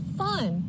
fun